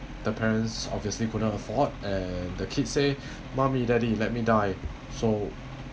the parents obviously could not afford and the kids say mummy daddy let me die so